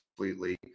completely